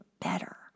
better